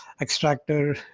extractor